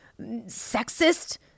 sexist